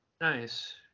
nice